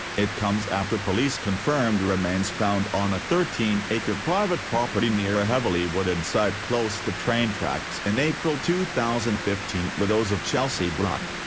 it comes after police confirmed the remains found on a thirteen acre private property near a heavily-wooded site close to train tracks in april two thousand and fifteen were those of chelsea bruck.